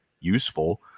useful